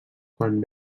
quan